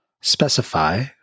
specify